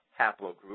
haplogroup